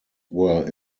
were